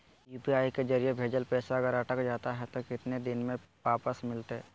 UPI के जरिए भजेल पैसा अगर अटक जा है तो कितना दिन में वापस मिलते?